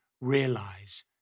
realize